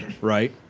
Right